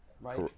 Right